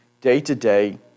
day-to-day